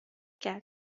کرد